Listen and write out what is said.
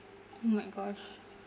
oh my gosh